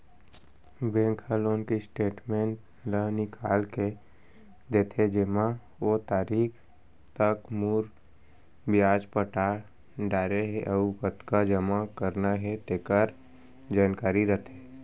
bank ह loan के statement ल निकाल के देथे जेमा ओ तारीख तक मूर, बियाज पटा डारे हे अउ कतका जमा करना हे तेकर जानकारी रथे